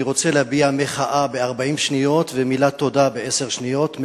אני רוצה להביע מחאה ב-40 שניות ומילת תודה בעשר שניות,